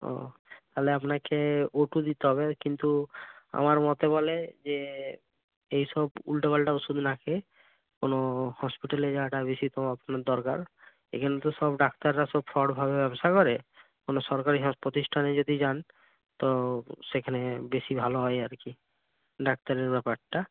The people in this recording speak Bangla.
ও তাহলে আপনাকে ওটু দিতে হবে কিন্তু আমার মতে বলে যে এই সব উলটো পালটা ওষুধ না খেয়ে কোনো হসপিটালে যাওয়াটা বেশি আপনার দরকার এখানে তো সব ডাক্তাররা সব ফ্রডভাবে ব্যবসা করে কোনো সরকারি প্রতিষ্ঠানে যদি যান তো সেখানে বেশি ভালো হয় আর কি ডাক্তারের ব্যাপারটা